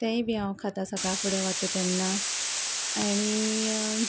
ते तेंय बी हांव खातां सकाळ फुडें वता तेन्ना आनी